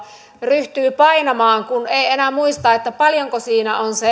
ryhtyy painamaan kun ei enää muista paljonko siinä on